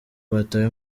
batawe